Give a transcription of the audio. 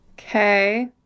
Okay